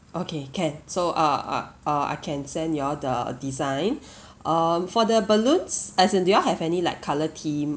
okay can so uh uh uh I can send you all the design um for the balloons as in do you all have any like colour theme